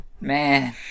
Man